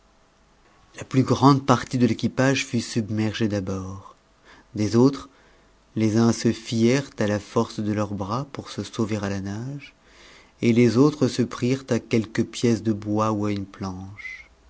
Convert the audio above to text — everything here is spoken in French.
la plus grande partie de l'équipage fut submergée d'abord des autres les uns se fièrent à la force de leurs bras pour se sauver à la nage et les autres se prirent à quelque pièce de bois ou à une planche